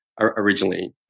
originally